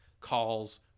calls